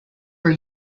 were